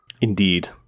Indeed